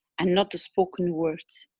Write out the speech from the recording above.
and not the spoken words.